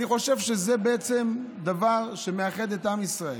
אני חושב שזה דבר שמאחד את עם ישראל,